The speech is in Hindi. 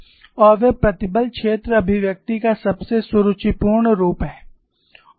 और वे प्रतिबल क्षेत्र अभिव्यक्ति का सबसे सुरुचिपूर्ण रूप हैं